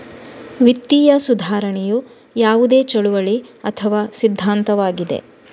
ವಿತ್ತೀಯ ಸುಧಾರಣೆಯು ಯಾವುದೇ ಚಳುವಳಿ ಅಥವಾ ಸಿದ್ಧಾಂತವಾಗಿದೆ